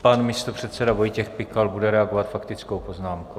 Pan místopředseda Vojtěch Pikal bude reagovat faktickou poznámkou.